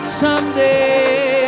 someday